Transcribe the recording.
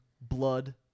blood